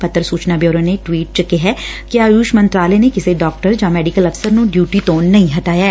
ਪੱਤਰ ਸੁਚਨਾ ਬਿਉਰੋ ਨੇ ਇਕ ਟਵੀਟ ਵਿਚ ਕਿਹੈ ਕਿ ਆਯੁਸ਼ ਮੰਤਰਾਲੇ ਨੇ ਕਿਸੇ ਡਾਕਟਰ ਜਾਂ ਮੈਡੀਕਲ ਅਫਸਰ ਨੂੰ ਡਿਊਟੀ ਤੋਂ ਨਹੀਂ ਹਟਾਇਆ